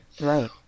Right